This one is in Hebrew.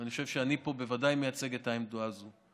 ואני חושב שאני פה בוודאי מייצג את העמדה הזאת,